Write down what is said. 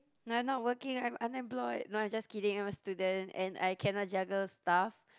no I'm not working I'm unemployed no I just kidding I'm a student and I cannot juggle stuff